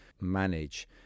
manage